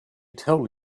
tell